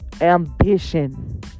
ambition